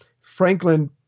Franklin